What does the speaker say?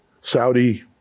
Saudi